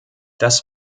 das